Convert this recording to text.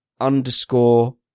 underscore